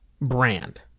brand